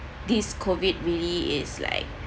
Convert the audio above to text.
this COVID really is like